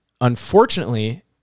Unfortunately